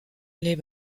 les